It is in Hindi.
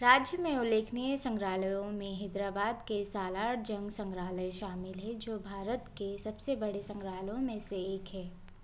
राज्य में उल्लेखनीय संग्रहालयों में हैदराबाद के सालारजंग संग्रहालय शामिल है जो भारत के सबसे बड़े संग्रहालयों में से एक है